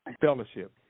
fellowship